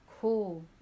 Cool